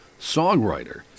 songwriter